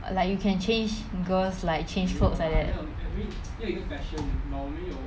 like you can change girls like change clothes like that